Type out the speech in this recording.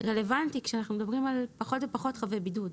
רלוונטי כשאנחנו מדברים על פחות ופחות חבי בידוד?